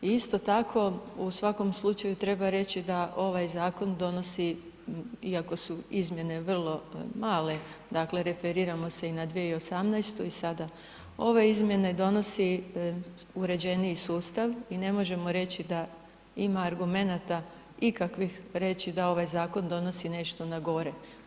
I isto tako u svakom slučaju treba reći da ovaj zakon donosi iako su izmjene vrlo male, dakle referiramo se i na 2018. i sada, ove izmjene donosi uređeniji sustav i ne možemo reći da ima argumenta ikakvih reći da ovaj zakon donosi nešto na gore.